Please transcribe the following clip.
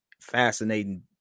fascinating